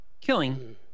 killing